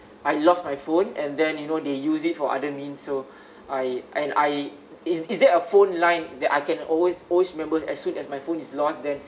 I lost my phone and then you know they use it for other means so I and I is is there a phone line that I can always always remember as soon as my phone is lost then